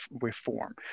reform